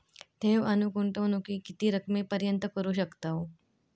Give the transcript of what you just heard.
ठेव आणि गुंतवणूकी किती रकमेपर्यंत करू शकतव?